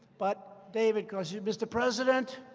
but david calls mr. president,